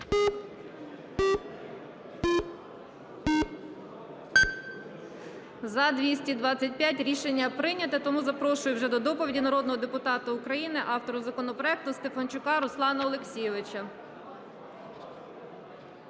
За-225 Рішення прийнято. Тому запрошую вже до доповіді народного депутата України, автора законопроекту Стефанчука Руслана Олексійовича.